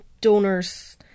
donors